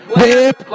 whip